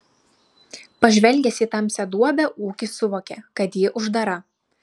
pažvelgęs į tamsią duobę ūkis suvokė kad ji uždara